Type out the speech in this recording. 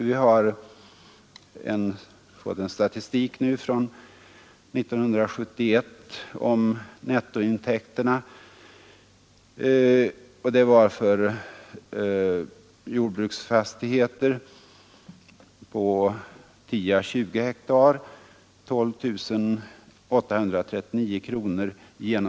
Vi har nu en statistik gällande 1971 om nettointäkterna för jordbruksfastigheter. Undersökningen har omfattat 10 500 slumpmässigt valda lantbrukarfamiljer.